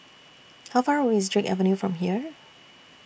How Far away IS Drake Avenue from here